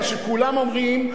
מה שכולם אומרים,